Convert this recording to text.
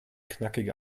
knackige